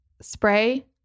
Spray